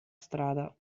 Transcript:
strada